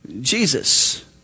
Jesus